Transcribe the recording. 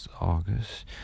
August